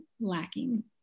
lacking